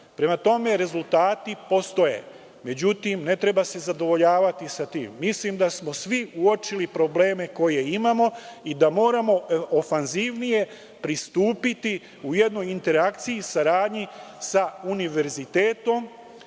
dana. Prema tome, rezultati postoje, međutim, ne treba se zadovoljavati sa tim. Mislim da smo svi uočili probleme koje imamo i da moramo ofanzivnije pristupiti u jednoj interakciji i saradnji sa univerzitetom,